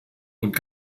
und